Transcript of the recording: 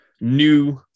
new